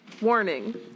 Warning